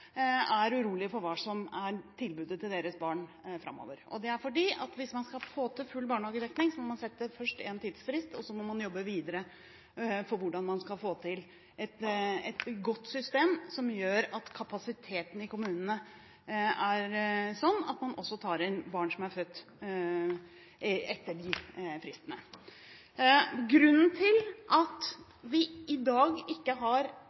er urolige for hva som er tilbudet til deres barn framover. Hvis man skal få til full barnehagedekning, må man først sette en tidsfrist, og så må man jobbe videre med hvordan man skal få til et godt system som gjør at kapasiteten i kommunene er sånn at man også tar inn barn som er født etter disse fristene. Grunnen til at vi i dag ikke har